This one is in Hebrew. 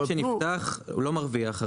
עסק שנפתח לא מרוויח.